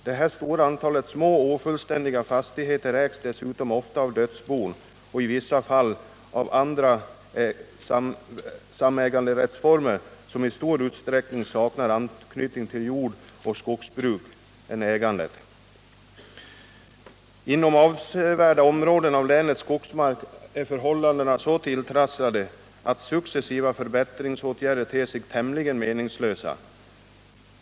Det stora antalet små och ofullständiga fastigheter ägs dessutom ofta av dödsbon och i vissa fall av andra samäganderättsformer som i stor utsträckning saknar annan anknytning till jordoch skogsbruk än ägandet. Inom avsevärda områden av länets skogsmarker är förhållandena så tilltrasslade, att successiva förbättringsåtgärder ter sig tämligen meningslösa.